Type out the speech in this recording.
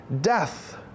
death